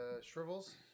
Shrivels